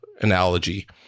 analogy